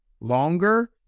longer